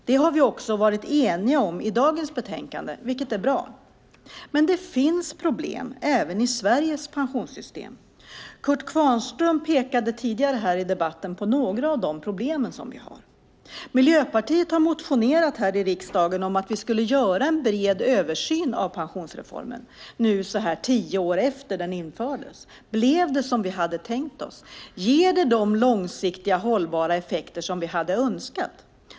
Det är vi eniga om i dagens utlåtande, vilket är bra. Men det finns problem även i Sveriges pensionssystem. Kurt Kvarnström pekade tidigare här i debatten på några av de problem som vi har. Miljöpartiet har här i riksdagen motionerat om att göra en bred översyn av pensionsreformen nu tio år efter att pensionssystemet infördes. Blev det som vi hade tänkt oss? Ges de långsiktiga hållbara effekter som vi hade önskat?